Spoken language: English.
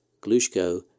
Glushko